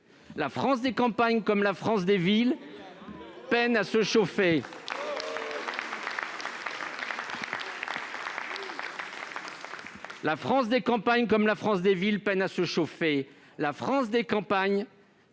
La France des campagnes, comme la France des villes, peine à se chauffer. La France des campagnes